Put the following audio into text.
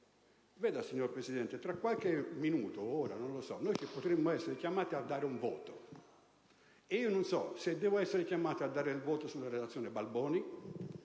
Vede, signor Presidente, tra qualche minuto, o tra qualche ora, noi potremmo essere chiamati a dare un voto, e io non so se sarò chiamato a dare un voto sulla relazione Balboni,